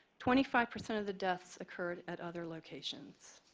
twenty-five percent of the deaths occurred at other locations.